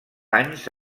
anys